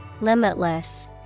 Limitless